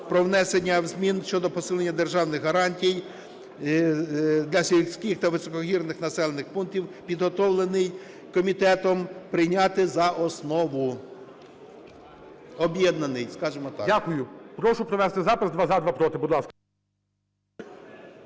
законів України щодо посилення державних гарантій для гірських та високогірних населених пунктів, підготовлений комітетом, прийняти за основу, об'єднаний, скажімо так. ГОЛОВУЮЧИЙ. Дякую. Прошу провести запис: два – за, два – проти. Будь ласка.